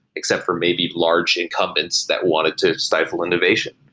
except for maybe large incumbents that wanted to stifle innovation.